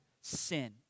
sin